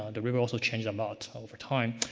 and river also changed a lot over time.